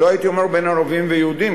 לא הייתי אומר בין ערבים ויהודים,